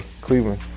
Cleveland